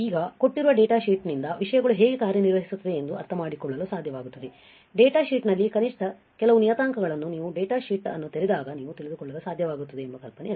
ಈಗ ಕೊಟ್ಟಿರುವ ಡೇಟಾಶೀಟ್ ನಿಂದ ವಿಷಯಗಳು ಹೇಗೆ ಕಾರ್ಯನಿರ್ವಹಿಸುತ್ತದೆ ಎಂದು ಅರ್ಥಮಾಡಿಕೊಳ್ಳಲು ಸಾಧ್ಯವಾಗುತ್ತದೆ ಡೇಟಾಶೀಟ್ನಲ್ಲಿ ಕನಿಷ್ಠ ಕೆಲವು ನಿಯತಾಂಕಗಳನ್ನು ನೀವು ಡೇಟಾಶೀಟ್ ಅನ್ನು ತೆರೆದಾಗ ನೀವು ತಿಳಿದುಕೊಳ್ಳಲು ಸಾಧ್ಯವಾಗುತ್ತದೆ ಎಂಬ ಕಲ್ಪನೆ ಅದು